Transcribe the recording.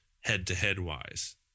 head-to-head-wise